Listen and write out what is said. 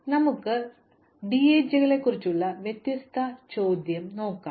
അതിനാൽ നമുക്ക് DAG കളെക്കുറിച്ചുള്ള വ്യത്യസ്ത ചോദ്യം നോക്കാം